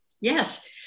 Yes